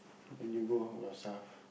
then you go yourself